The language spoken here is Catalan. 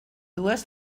dues